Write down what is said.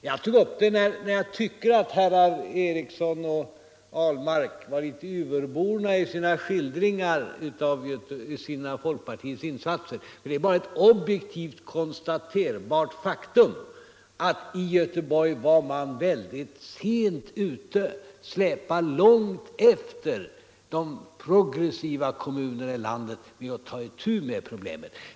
Jag tog upp den här frågan för jag tycker att herrar Eriksson i Arvika och Ahlmark var litet överborna i sina skildringar av folkpartiets insatser. Det är bara ett objektivt konstaterbart faktum att man i Göteborg var väldigt sent ute och släpade långt efter de progressiva kommunerna i landet med att ta itu med problemet.